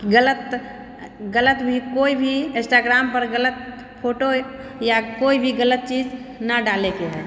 गलत गलत भी कोइ भी इन्स्टाग्रामपर गलत फोटो या कोइ भी गलत चीज ना डालेके हइ